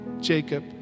Jacob